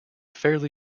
fairly